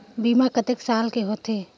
बीमा कतेक साल के होथे?